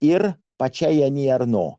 ir pačiai ani arno